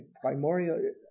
primordial